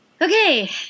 Okay